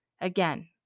Again